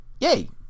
yay